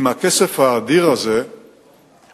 עם הכסף האדיר הזה,